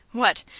what!